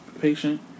patient